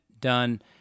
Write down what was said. Done